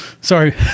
Sorry